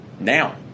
now